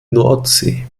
nordsee